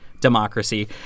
democracy